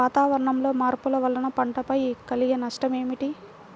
వాతావరణంలో మార్పుల వలన పంటలపై కలిగే నష్టం ఏమిటీ?